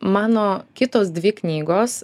mano kitos dvi knygos